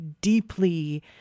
deeply